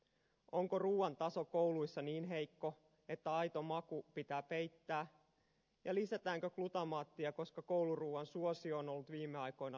onko ruuan taso kouluissa niin heikko että aito maku pitää peittää ja lisätäänkö glutamaattia koska kouluruuan suosio on ollut viime aikoina laskussa